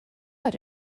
got